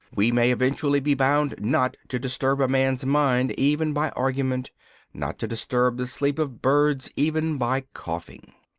we may eventually be bound not to disturb a man's mind even by argument not to disturb the sleep of birds even by coughing.